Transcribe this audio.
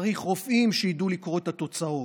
צריך רופאים שידעו לקרוא את התוצאות,